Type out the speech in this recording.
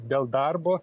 dėl darbo